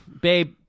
babe